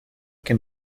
que